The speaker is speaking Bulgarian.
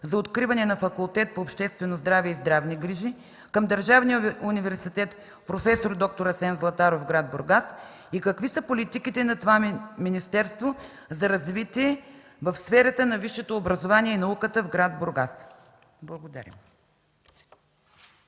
за откриване на Факултет по обществено здраве и здравни грижи към Държавния университет „Проф. д-р Асен Златаров” – град Бургас, и какви са политиките на това министерство за развитие в сферата на висшето образование и науката в град Бургас? Благодаря.